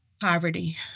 Poverty